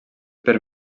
per